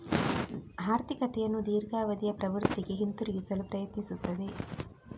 ಆರ್ಥಿಕತೆಯನ್ನು ದೀರ್ಘಾವಧಿಯ ಪ್ರವೃತ್ತಿಗೆ ಹಿಂತಿರುಗಿಸಲು ಪ್ರಯತ್ನಿಸುತ್ತದೆ